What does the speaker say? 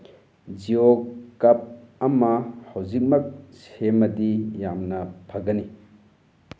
ꯖ꯭ꯌꯣ ꯀꯞ ꯑꯃ ꯍꯧꯖꯤꯛꯃꯛ ꯁꯦꯝꯃꯗꯤ ꯌꯥꯝꯅ ꯐꯒꯅꯤ